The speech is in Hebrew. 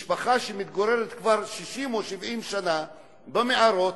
משפחה שמתגוררת 60 או 70 שנה במערות,